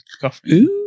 coffee